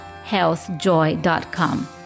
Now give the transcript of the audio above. healthjoy.com